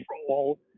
control